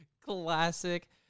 Classic